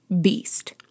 beast